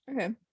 Okay